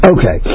Okay